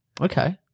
Okay